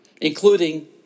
including